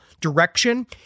direction